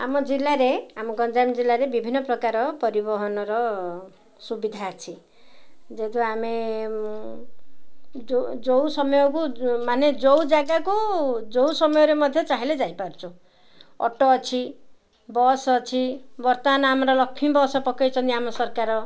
ଆମ ଜିଲ୍ଲାରେ ଆମ ଗଞ୍ଜାମ ଜିଲ୍ଲାରେ ବିଭିନ୍ନ ପ୍ରକାର ପରିବହନର ସୁବିଧା ଅଛି ଯେହେତୁ ଆମେ ଯେଉଁ ଯେଉଁ ସମୟକୁ ମାନେ ଯେଉଁ ଜାଗାକୁ ଯେଉଁ ସମୟରେ ମଧ୍ୟ ଚାହିଁଲେ ଯାଇପାରୁଛୁ ଅଟୋ ଅଛି ବସ୍ ଅଛି ବର୍ତ୍ତମାନ ଆମର ଲକ୍ଷ୍ମୀ ବସ୍ ପକାଇଛନ୍ତି ଆମ ସରକାର